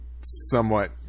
somewhat